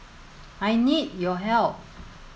I need your help